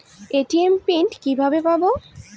ATM PIN কিভাবে পাবো?